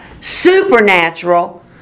supernatural